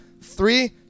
Three